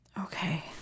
Okay